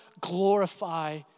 glorify